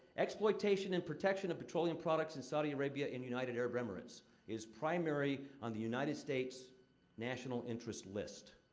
exploitation and protection of petroleum products in saudi arabia and united arab emirates is primary on the united states' national interest list.